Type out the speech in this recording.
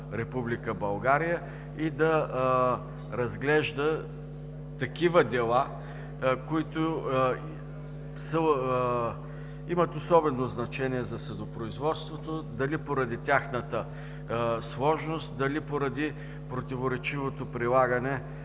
България и да разглежда такива дела, които имат особено значение за съдопроизводството, дали поради тяхната сложност, дали поради противоречивото прилагане